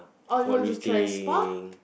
oh you want to try a spa